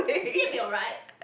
she will be alright